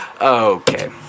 Okay